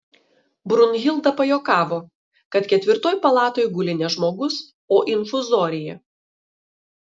brunhilda pajuokavo kad ketvirtoj palatoj guli ne žmogus o infuzorija